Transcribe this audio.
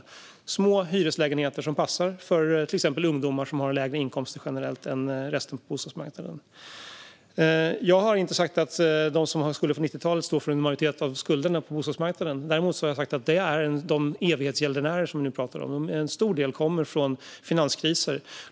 Det handlar om små hyreslägenheter som passar för exempelvis ungdomar, som generellt har lägre inkomster än övriga på bostadsmarknaden. Jag har inte sagt att de med skulder från 90-talet står för en majoritet av skulderna på bostadsmarknaden. Däremot har jag sagt att finanskriserna gav upphov till en stor del av evighetsgäldenärerna.